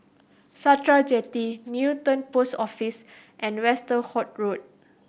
Sakra Jetty Newton Post Office and Westerhout Road